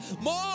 More